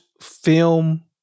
film